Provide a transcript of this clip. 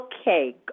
Okay